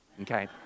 Okay